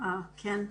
כן.